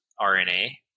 RNA